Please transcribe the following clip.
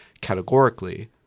categorically